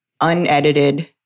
unedited